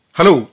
Hello